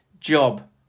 job